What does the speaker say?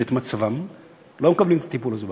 את מצבם לא מקבלים את הטיפול הזה בארץ,